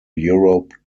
europe